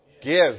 Give